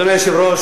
גברתי היושבת-ראש,